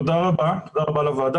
תודה רבה לוועדה,